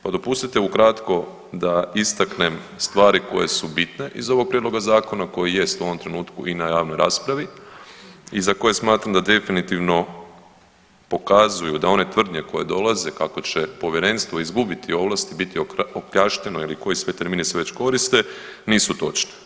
Pa dopustite ukratko da istaknem stvari koje su bitne iz ovoga Prijedloga zakona koji jest u ovom trenutku i na javnoj raspravi i za koje smatram da definitivno pokazuju da one tvrdnje koje dolaze kako će povjerenstvo izgubiti ovlasti biti okljašteno ili koje sve termine se već koriste nisu točne.